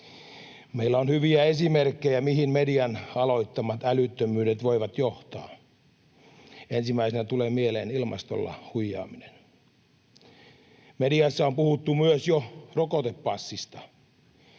Meillä on hyviä esimerkkejä, mihin median aloittamat älyttömyydet voivat johtaa. Ensimmäisenä tulee mieleen ilmastolla huijaaminen. Mediassa on jo puhuttu myös rokotepassista.